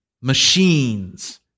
machines